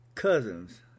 Cousins